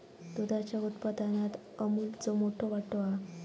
दुधाच्या उत्पादनात अमूलचो मोठो वाटो हा